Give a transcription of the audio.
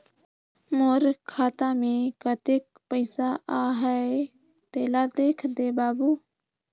मोर खाता मे कतेक पइसा आहाय तेला देख दे बाबु?